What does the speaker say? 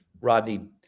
rodney